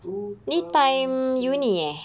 two thousand